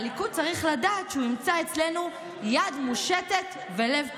והליכוד צריך לדעת שהוא ימצא אצלנו יד מושטת ולב פתוח.